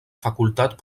facultat